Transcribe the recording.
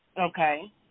okay